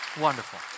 Wonderful